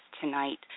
tonight